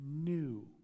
new